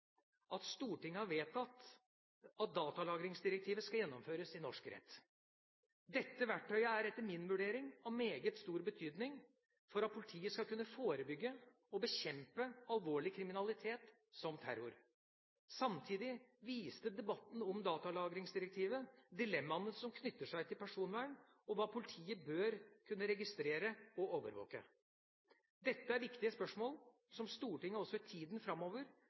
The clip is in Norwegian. at Stortinget har vedtatt at datalagringsdirektivet skal gjennomføres i norsk rett. Dette verktøyet er etter min vurdering av meget stor betydning for at politiet skal kunne forebygge og bekjempe alvorlig kriminalitet som terror. Samtidig viste debatten om datalagringsdirektivet dilemmaene som knytter seg til personvern, og hva politiet bør kunne registrere og overvåke. Dette er viktige spørsmål som Stortinget også i tida framover